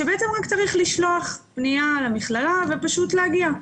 שבעצם רק צריך לשלוח פנייה למכללה ופשוט להגיע,